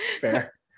fair